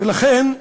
ולכן,